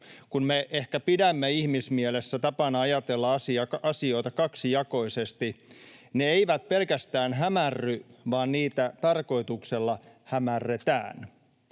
kun me ehkä pidämme ihmismielessä tapana ajatella asioita kaksijakoisesti — eivät pelkästään hämärry, vaan niitä tarkoituksella hämärretään.